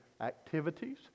activities